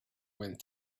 went